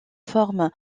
forme